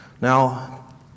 Now